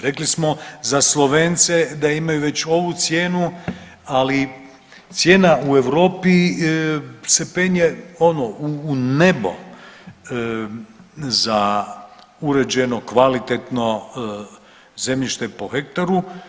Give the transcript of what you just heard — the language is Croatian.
Rekli smo za Slovence da imaju već ovu cijenu, ali cijena u Europi se penje ono u nebo za uređeno, kvalitetno zemljište po hektaru.